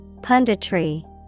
Punditry